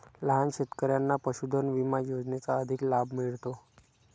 लहान शेतकऱ्यांना पशुधन विमा योजनेचा अधिक लाभ मिळतो